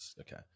Okay